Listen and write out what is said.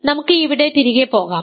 അതിനാൽ നമുക്ക് ഇവിടെ തിരികെ പോകാം